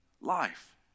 life